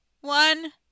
one